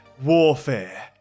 warfare